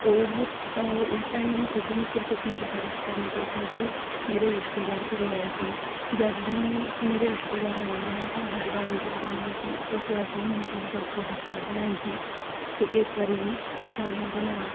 ਉਹ ਉਸ ਟਾਇਮ ਮੈਨੂੰ ਕੁਕਿੰਗ ਸਿਰਫ਼ ਇੱਕ ਮਜ਼ਬੂਰੀ 'ਚ ਕਰਨੀ ਪਈ ਕਿਉਂਕਿ ਮੇਰੇ ਰਿਸ਼ਤੇਦਾਰ ਘਰੇ ਆਏ ਸੀ ਜਦ ਵੀ ਮੇਰੇ ਰਿਸ਼ਤੇਦਾਰ ਉਹ ਆਉਂਦੇ ਹੈ ਨਾ ਤਾਂ ਉਹ ਹਰ ਵਾਰ ਇਹ ਗੱਲ ਕਹਿੰਦੇ ਕਿ ਉਸ ਵਾਰ ਤੂੰ ਨਮਕੀਨ ਚੌਲ ਬਹੁਤ ਸਵਾਦ ਬਣਾਏ ਸੀ ਅਤੇ ਇਸ ਵਾਰੀ ਵੀ ਸਾਨੂੰ ਬਣਾ